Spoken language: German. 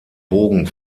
bogen